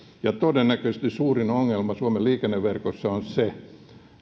ja todennäköisesti suurin ongelma suomen liikenneverkossa on se